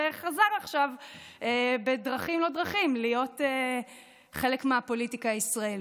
וחזר עכשיו בדרכים לא דרכים להיות חלק מהפוליטיקה הישראלית.